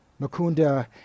Makunda